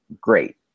great